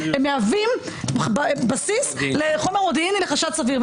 הם מהווים בסיס לחומר מודיעיני לחשד סביר.